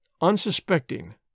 unsuspecting